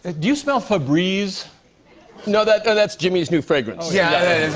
ah do you smell febreze? no, that's that's jimmy's new fragrance. yeah.